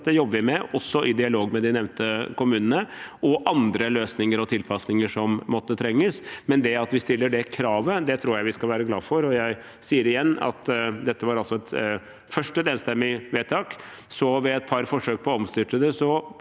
2023 ber vi også med i dialog med de nevnte kommunene – og også om andre løsninger og tilpasninger som måtte trenges. Men det at vi stiller det kravet, tror jeg vi skal være glade for, og jeg sier igjen at dette var altså først et enstemmige vedtak, så, ved et par forsøk på å omstyrte det,